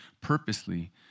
purposely